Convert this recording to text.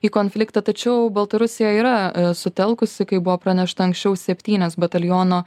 į konfliktą tačiau baltarusija yra sutelkusi kaip buvo pranešta anksčiau septynias bataliono